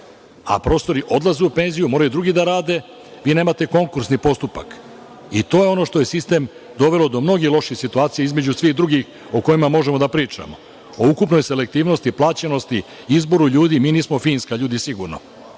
Profesori odlaze u penziju, moraju drugi da rade, a vi nemate konkursni postupak. To je ono što je sistem dovelo do mnogih loših situacija između svih drugih o kojima možemo da pričamo, o ukupnoj selektivnosti, plaćenosti, izboru ljudi. Mi nismo Finska, to je sigurno,